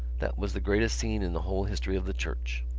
that was the greatest scene in the whole history of the church.